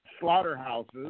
slaughterhouses